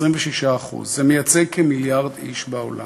26%. זה מייצג כמיליארד איש בעולם.